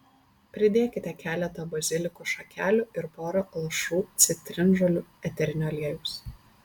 pridėkite keletą bazilikų šakelių ir pora lašų citrinžolių eterinio aliejaus